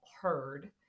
heard